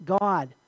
God